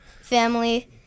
family